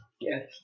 Yes